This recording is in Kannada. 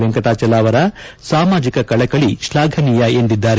ವೆಂಕಟಾಚಲ ಅವರ ಸಾಮಾಜಿಕ ಕಳಕಳಿ ಶಾಫನೀಯ ಎಂದಿದ್ದಾರೆ